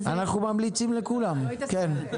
אנחנו ממליצים לכולם.